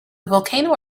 volcano